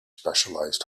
specialized